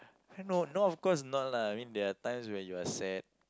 no no of course not lah I mean there are times when you are sad